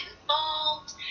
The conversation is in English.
involved